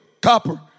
copper